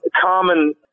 common